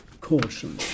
caution